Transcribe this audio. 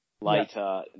later